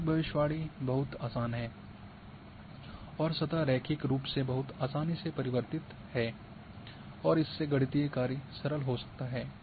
रैखिक भविष्यवाणी बहुत आसान है और सतह रैखिक रूप में बहुत आसानी से परिवर्तित है और इससे गणितीय कार्य सरल हो सकता है